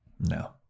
No